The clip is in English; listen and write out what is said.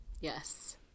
Yes